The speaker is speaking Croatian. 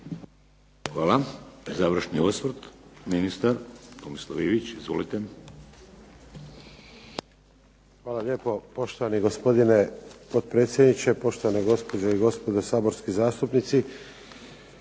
Hvala. Završni osvrt, ministar Tomislav Ivić. Izvolite. **Ivić, Tomislav (HDZ)** Hvala lijepo poštovani gospodine potpredsjedniče, poštovane gospođe i gospodo saborski zastupnici.